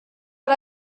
but